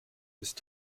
ist